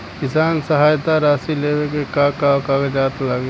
किसान सहायता राशि लेवे में का का कागजात लागी?